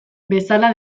bezala